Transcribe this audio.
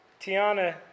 Tiana